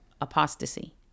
apostasy